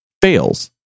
Fails